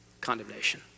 condemnation